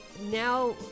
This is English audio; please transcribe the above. now